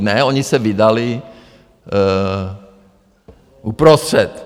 Ne, oni se vydali uprostřed.